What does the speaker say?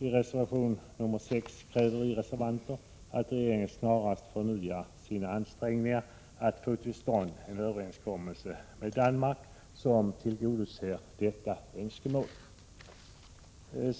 I reservation nr 6 kräver vi reservanter att regeringen snarast förnyar sina ansträngningar att få till stånd en överenskommelse med Danmark som tillgodoser detta önskemål.